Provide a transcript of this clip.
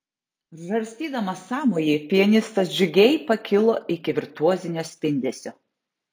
žarstydamas sąmojį pianistas džiugiai pakilo iki virtuozinio spindesio